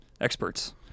experts